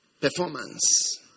Performance